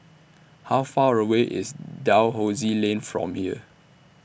How Far away IS Dalhousie Lane from here